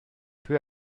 peu